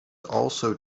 also